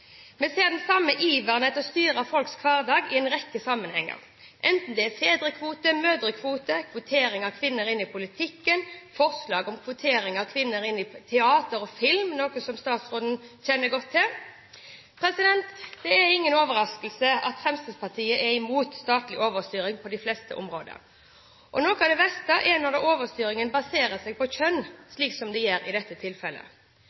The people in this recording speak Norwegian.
Vi ser den samme iveren etter å styre folks hverdag i en rekke sammenhenger – enten det er fedrekvote, mødrekvote, kvotering av kvinner inn i politikken eller forslag om kvotering av kvinner inn i teater og film, noe som statsråden kjenner godt til. Det er ingen overraskelse at Fremskrittspartiet er imot statlig overstyring på de fleste områder. Noe av det verste er når overstyringen baserer seg på kjønn, slik som det gjør i dette tilfellet.